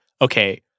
okay